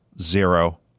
Zero